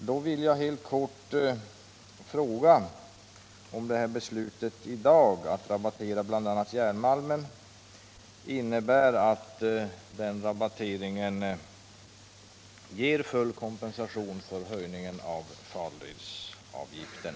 Då vill jag helt kort fråga om det här beslutet i dag, att rabattera bl.a. järnmalmen, innebär att denna rabattering ger full kompensation för höjningen av farledsavgiften.